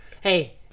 Hey